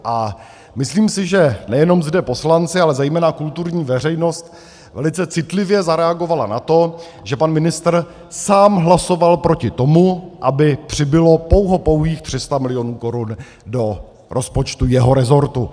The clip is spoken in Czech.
A myslím si, že nejenom zde poslanci, ale zejména kulturní veřejnost velice citlivě zareagovala na to, že pan ministr sám hlasoval proti tomu, aby přibylo pouhopouhých 300 milionů korun do rozpočtu jeho rezortu.